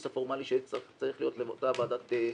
הפורמלי שצריך להיות בנושא ועדת היגוי.